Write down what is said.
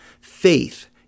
Faith